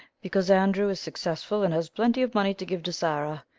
because andrew is successful and has plenty of money to give to sarah,